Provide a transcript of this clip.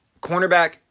cornerback